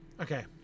okay